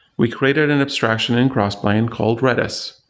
we created an abstraction in crossplane called redis.